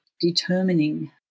determining